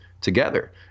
together